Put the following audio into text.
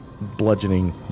bludgeoning